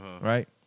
right